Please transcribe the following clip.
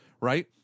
right